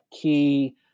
key